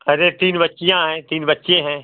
अरे तीन बच्चियाँ हैं तीन बच्चे हैं